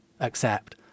accept